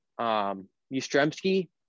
Ustremski